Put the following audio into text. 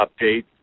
update